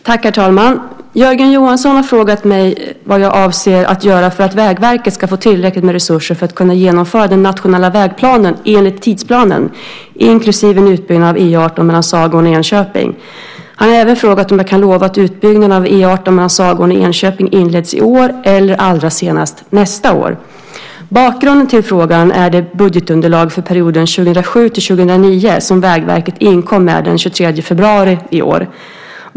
Herr talman! Jörgen Johansson har frågat mig vad jag avser att göra för att Vägverket ska få tillräckligt med resurser för att kunna genomföra den nationella vägplanen enligt tidsplanen, inklusive en utbyggnad av E 18 mellan Sagån och Enköping. Han har även frågat om jag kan lova att utbyggnaden av E 18 mellan Sagån och Enköping inleds i år eller allra senast nästa år. Bakgrunden till frågan är det budgetunderlag för perioden 2007-2009 som Vägverket inkom med den 23 februari i år.